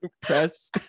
press